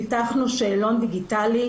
פיתחנו שאלון דיגיטלי,